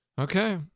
Okay